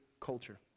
culture